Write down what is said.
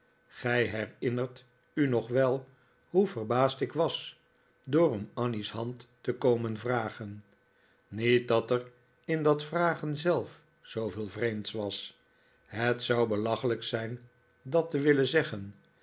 gij herinnert u nog wel hoe verbaasd ik was door om annie's hand te komen vragen niet dat er in dat vragen zelf zooveel vreemds was het zou belachelijk zijn dat te willen zeggen